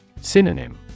Synonym